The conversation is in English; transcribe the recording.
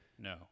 No